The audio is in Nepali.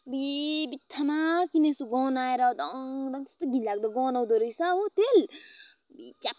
अब्बुई बित्थामा किनेछु गनाएर दङ दङ त्यस्तो घिनलाग्दो गनाउँदो रहेछ हो तेल अब्बुई च्याप